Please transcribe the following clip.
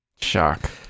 Shock